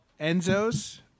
Enzo's